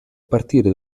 partire